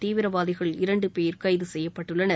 தீவிரவாதிகள் இரண்டு பேர் கைது செய்யப்பட்டுள்ளனர்